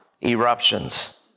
eruptions